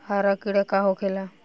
हरा कीड़ा का होखे ला?